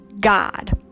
God